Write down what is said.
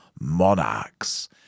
monarchs